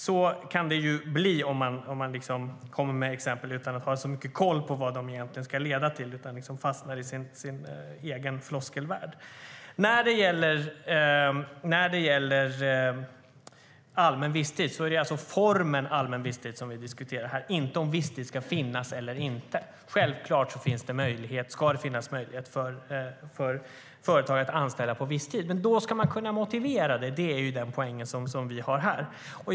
Så kan det bli om man kommer med exempel utan att ha så mycket koll på vad de egentligen ska leda till utan fastnar i sin egen floskelvärld. Det är formen allmän visstid som vi diskuterar här och inte om visstid ska finnas eller inte. Självklart ska det finnas möjlighet för företag att anställa på visstid. Men då ska man kunna motivera det. Det är den poäng som vi har här.